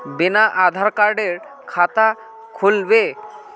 बिना आधार कार्डेर खाता खुल बे?